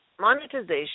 monetization